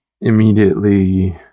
immediately